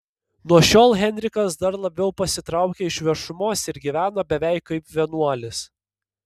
nuo šiol henrikas dar labiau pasitraukia iš viešumos ir gyvena beveik kaip vienuolis